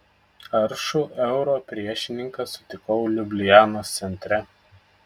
aršų euro priešininką sutikau liublianos centre